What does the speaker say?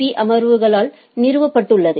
B அமர்வுகளால் நிறுவப்பட்டுள்ளது